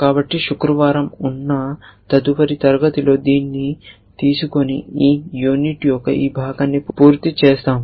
కాబట్టి శుక్రవారం ఉన్న తదుపరి తరగతి లో దీన్ని తీసుకొని ఈ యూనిట్ యొక్క ఈ భాగాన్ని పూర్తి చేస్తాము